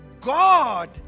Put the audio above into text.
God